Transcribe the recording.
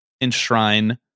enshrine